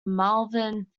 malvern